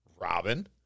Robin